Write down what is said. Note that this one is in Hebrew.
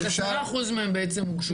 אז 10% מהם בעצם הוגשו.